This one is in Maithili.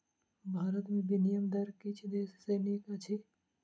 भारत में विनिमय दर किछ देश सॅ नीक अछि